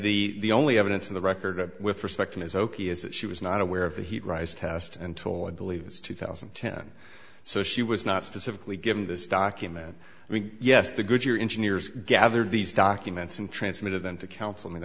and the only evidence on the record that with respect to his okie is that she was not aware of the heat rise test until i believe it's two thousand and ten so she was not specifically given this document i mean yes the good your engineers gathered these documents and transmitted them to counsel